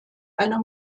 einer